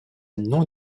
non